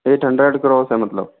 eight hundred cross है मतलब